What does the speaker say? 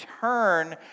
turn